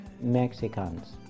Mexicans